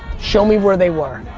show me where they were.